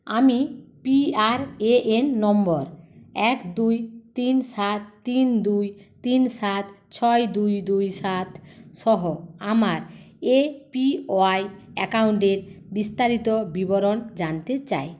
আমি P R A N number এক দুই তিন সাত তিন দুই তিন সাত ছয় দুই দুই সাত সহ আমার এ পি ওয়াই অ্যাকাউন্টের বিস্তারিত বিবরণ জানতে চাই